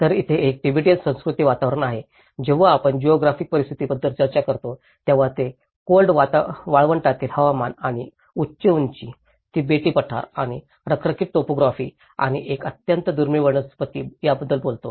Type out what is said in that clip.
तर तिथे एक तिबेटियन सांस्कृतिक वातावरण आहे जेव्हा आपण जिओग्राफिक परिस्थितीबद्दल चर्चा करतो तेव्हा ते कोल्ड वाळवंटातील हवामान आणि उच्च उंची तिबेटी पठार आणि रखरखीत टोपोग्राफी आणि एक अत्यंत दुर्मिळ वनस्पती याबद्दल बोलते